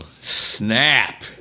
Snap